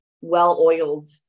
well-oiled